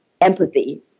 empathy